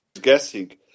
guessing